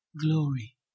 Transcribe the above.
glory